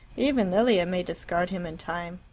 even lilia may discard him in time.